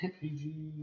PG